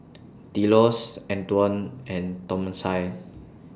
Delos Antwon and Thomasina